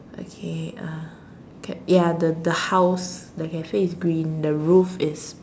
okay uh cat ya the the house the cafe is green the roof is